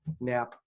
nap